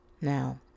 Now